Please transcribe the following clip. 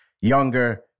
younger